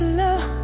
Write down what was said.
love